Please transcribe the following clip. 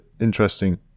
interesting